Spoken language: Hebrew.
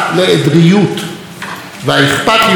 והאכפתיות, למחנאות.